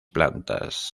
plantas